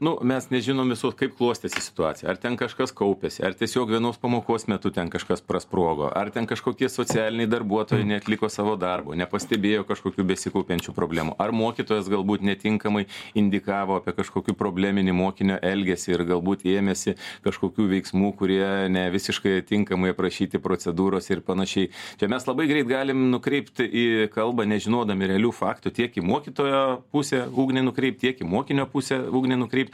nu mes nežinom visos kaip klostėsi situacija ar ten kažkas kaupėsi ar tiesiog vienos pamokos metu ten kažkas prasprogo ar ten kažkokie socialiniai darbuotojai neatliko savo darbo nepastebėjo kažkokių besikaupiančių problemų ar mokytojas galbūt netinkamai indikavo apie kažkokį probleminį mokinio elgesį ir galbūt ėmėsi kažkokių veiksmų kurie ne visiškai tinkamai aprašyti procedūrose ir panašiai čia mes labai greit galim nukreipt į kalbą nežinodami realių faktų tiek į mokytojo pusę ugnį nukreipt tiek į mokinio pusę ugnį nukreipt